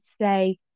say